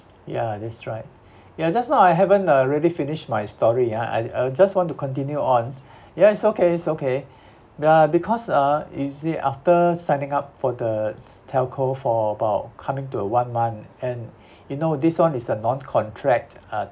ya that's right ya just now I haven't really finished my story ah I I just want to continue on ya it's okay it's okay ya because ah you see after signing up for the telco for about coming to uh one man and you know this one is a non-contract uh